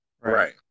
Right